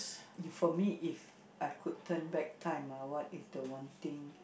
if for me if I could turn back time ah what is the one thing